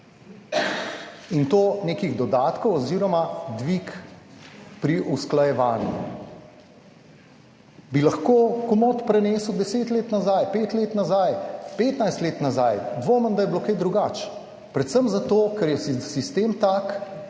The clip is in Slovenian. in to nekih dodatkov oziroma dvig pri usklajevanju bi lahko komot prenesel 10 let nazaj, 5 let nazaj, 15 let nazaj, dvomim, da je bilo kaj drugače, predvsem zato, ker je sistem tak,